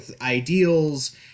ideals